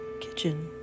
kitchen